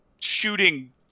shooting